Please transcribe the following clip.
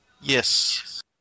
Yes